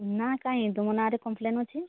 ନା କାହିଁ ତୁମ ନାଁରେ କମ୍ପ୍ଲେନ୍ ଅଛି